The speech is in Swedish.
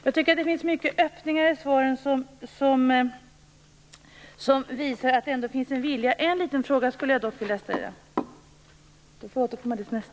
Jag tycker att det finns många öppningar i svaret som visar att det ändå finns en vilja. En liten fråga skulle jag dock vilja ställa, men den får jag återkomma till.